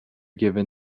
given